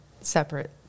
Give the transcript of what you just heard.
separate